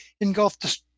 engulfed